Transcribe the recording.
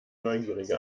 neugierige